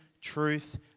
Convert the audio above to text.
truth